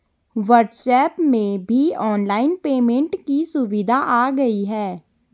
WhatsApp में भी online payment की सुविधा आ गई है